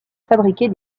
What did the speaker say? fabriqué